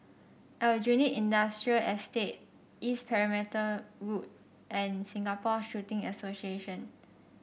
Aljunied Industrial Estate East Perimeter Road and Singapore Shooting Association